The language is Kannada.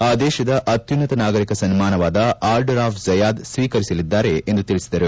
ಆ ದೇಶದ ಅತ್ಯುನ್ನತ ನಾಗರಿಕ ಸನ್ನಾನವಾದ ಅರ್ಡರ್ ಆಫ್ ಜಯಾದ್ ಸ್ತೀಕರಿಸಲಿದ್ದಾರೆ ಎಂದು ತಿಳಿಸಿದರು